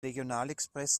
regionalexpress